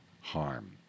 harm